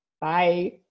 Bye